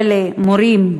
אלה מורים,